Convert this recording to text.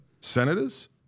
senators